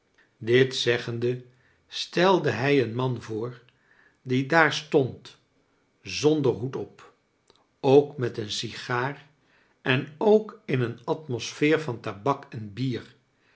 dit zeggende stelde hij een man voor die daar stond zonder hoed op ook met een sigaar en ook in een atmosfeer van tabak en bier